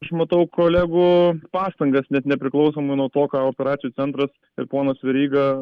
aš matau kolegų pastangas net nepriklausomai nuo to ką operacijų centras ir ponas veryga